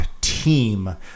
team